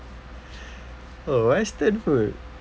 oh western food